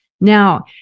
Now